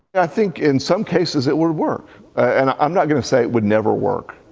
i think in some cases it would work. and ah i'm not going to say it would never work.